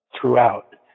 throughout